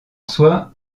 soit